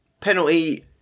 penalty